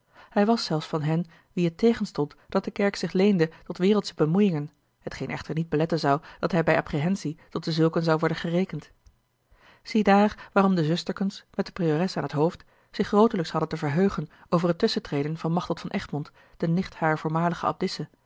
hij was zelfs van hen wie het tegenstond dat de kerk zich leende tot wereldsche bemoeiingen hetgeen echter niet beletten zou dat hij bij apprehensie tot dezulken zou worden gerekend ziedaar waarom de zusterkens met de priores aan het hoofd zich grootelijks hadden te verheugen over het tusschen treden van machteld van egmond de nicht harer voormalige